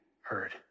heard